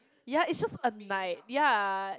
ya it's just a night ya